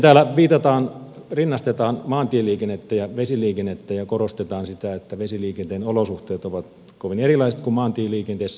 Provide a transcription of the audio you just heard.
sitten täällä rinnastetaan maantieliikennettä ja vesiliikennettä ja korostetaan sitä että vesiliikenteen olosuhteet ovat kovin erilaiset kuin maantieliikenteessä